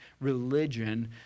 religion